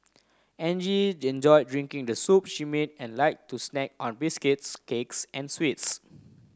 Angie enjoyed drinking the soup she made and liked to snack on biscuits cakes and sweets